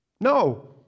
No